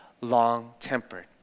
long-tempered